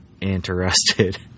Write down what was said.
interested